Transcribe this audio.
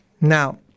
Now